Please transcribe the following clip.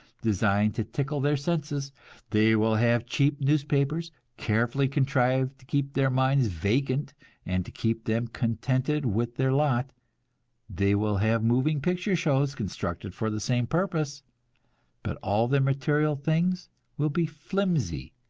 designed to tickle their senses they will have cheap newspapers, carefully contrived to keep their minds vacant and to keep them contented with their lot they will have moving picture shows constructed for the same purpose but all their material things will be flimsy,